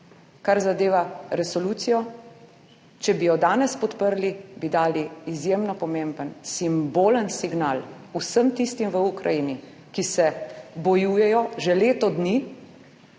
kar zadeva resolucijo. Če bi jo danes podprli, bi dali izjemno pomemben simbolen signal vsem tistim v Ukrajini, ki se bojujejo že leto dni,